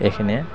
এইখিনিয়ে